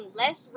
less